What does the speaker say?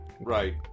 right